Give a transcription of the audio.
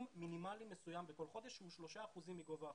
מינימלי מסוים בכל חודש שהוא שלושה אחוזים מגובה החוב.